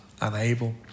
unable